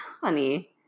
honey